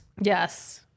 Yes